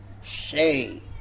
Say